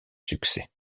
succès